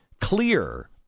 clear